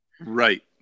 right